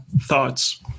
thoughts